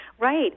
Right